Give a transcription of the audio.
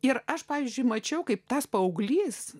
ir aš pavyzdžiui mačiau kaip tas paauglys